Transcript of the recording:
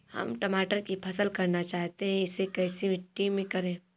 हम टमाटर की फसल करना चाहते हैं इसे कैसी मिट्टी में करें?